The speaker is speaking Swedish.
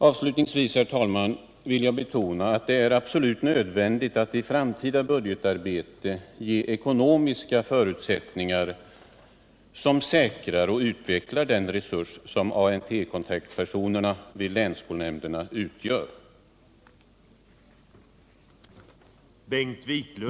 Avslutningsvis, herr talman, vill jag betona att det är absolut nödvändigt Nr 104 att i det framtida budgetarbetet ge ekonomiska förutsättningar som säkrar Torsdagen den och utvecklar den resurs som ANT-kontaktpersonerna vid länsskolnämn 30 mars 1978 derna utgör.